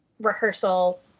rehearsal